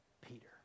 Peter